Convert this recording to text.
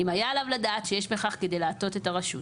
אם היה עליו לדעת שיש בכך כדי להטעות את הרשות.